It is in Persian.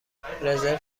رزرو